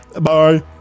Bye